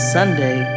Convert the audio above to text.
Sunday